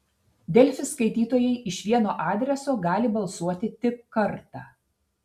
delfi skaitytojai iš vieno adreso gali balsuoti tik kartą